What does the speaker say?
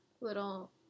little